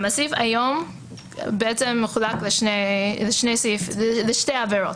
הסעיף מחולק לשתי עבירות,